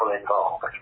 involved